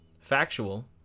factual